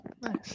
Nice